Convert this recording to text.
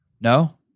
No